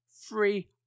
free